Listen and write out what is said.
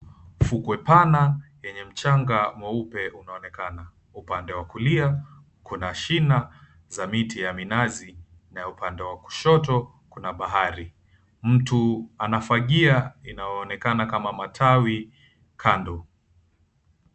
Ufukwe pana yenye mchanga mweupe unaonekana. Upande wa kulia kuna shina za miti ya minazi na upande wa kushoto kuna bahari. Mtu anafagia inaonekana kama matawi kando.